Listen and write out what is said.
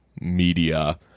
Media